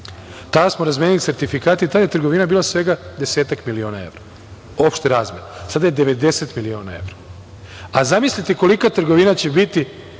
Tada smo razmenili sertifikate i tada je trgovina bila svega desetak miliona evra, opšte razmene. Sada je 90 miliona evra. Zamislite kolika trgovina će biti